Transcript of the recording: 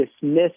dismiss